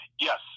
yes